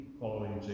following